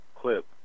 clip